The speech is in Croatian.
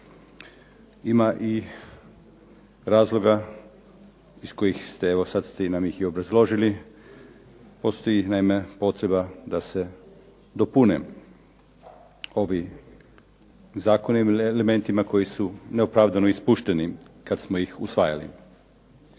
Ima i razloga iz kojih ste, evo sad ste nam ih i obrazložili. Postoji naime potreba da se dopune ovi zakoni elementima koji su neopravdano ispušteni kad smo ih usvajali.